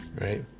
right